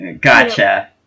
Gotcha